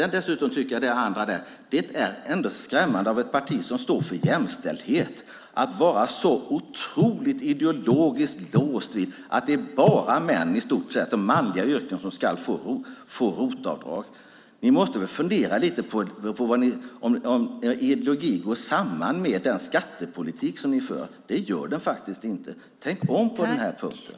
Dessutom tycker jag att det är skrämmande att ett parti som står för jämställdhet är så otroligt ideologiskt låst vid att det i stort sett bara är män och manliga yrken som ska få ROT-avdrag. Ni måste väl fundera lite på om er ideologi går samman med den skattepolitik som ni för. Det gör den faktiskt inte. Tänk om på den här punkten!